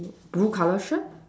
blue color shirt